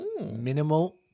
Minimal